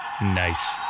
Nice